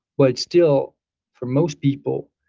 but it's still for most people,